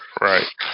right